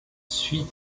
suit